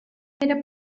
era